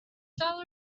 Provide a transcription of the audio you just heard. tell